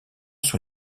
sur